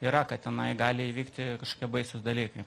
yra kad tenai gali įvykti kažkokie baisūs dalykai